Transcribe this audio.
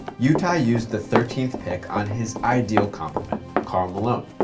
utah used the thirteenth pick on his ideal complement, karl malone.